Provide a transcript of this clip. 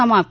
समाप्त